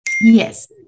yes